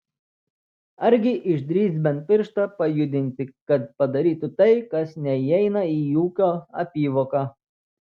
argi išdrįs bent pirštą pajudinti kad padarytų tai kas neįeina į ūkio apyvoką